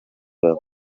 bavuga